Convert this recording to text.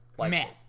Man